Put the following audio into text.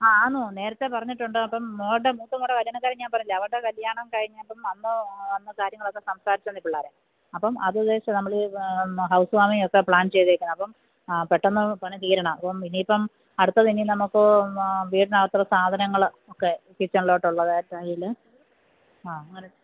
ആ അന്ന് നേരത്തെ പറഞ്ഞിട്ടുണ്ട് അപ്പം മകളുടെ മൂത്ത മകളുടെ കല്യാണ കാര്യം ഞാൻ പറഞ്ഞില്ലെ അവളുടെ കല്യാണം കഴിഞ്ഞപ്പം അന്ന് അന്ന് കാര്യങ്ങളൊക്കെ സംസാരിച്ചു പിള്ളേര് അപ്പം അത് ഉദേശിച്ചാണ് നമ്മള് ഈ ഹൗസ് വാർമിങ്ങ് ഒക്കെ പ്ലാൻ ചെയ്തേക്കുന്നത് അപ്പം പെട്ടെന്ന് പണി തീരണം അപ്പം ഇനിയിപ്പം അടുത്തത് ഇനി നമുക്ക് വീടിനകത്ത് സാധനങ്ങള് ഒക്കെ കിച്ചണിലോട്ട് ഉള്ളത് ടൈല് ആ അങ്ങനെ